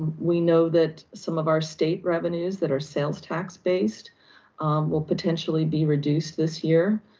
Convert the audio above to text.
we know that some of our state revenues that are sales tax based will potentially be reduced this year.